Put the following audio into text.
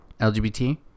LGBT